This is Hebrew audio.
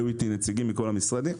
היו איתי נציגים מכל המשרדים.